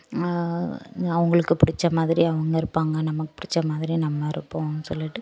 அவர்களுக்கு பிடிச்ச மாதிரி அவங்கவுங்க இருப்பாங்க நமக்கு பிடிச்ச மாதிரி நம்ம இருப்போம்னு சொல்லிவிட்டு